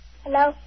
Hello